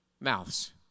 mouths